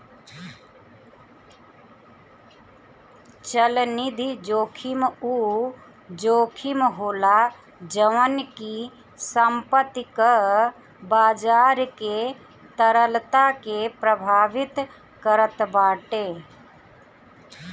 चलनिधि जोखिम उ जोखिम होला जवन की संपत्ति कअ बाजार के तरलता के प्रभावित करत बाटे